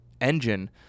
engine